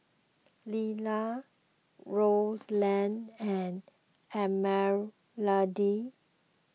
Lilla Rowland and Esmeralda